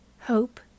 hope